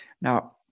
Now